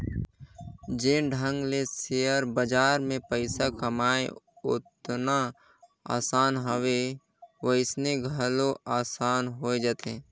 जेन ढंग ले सेयर बजार में पइसा कमई ओतना असान हवे वइसने घलो असान होए जाथे